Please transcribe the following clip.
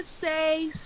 say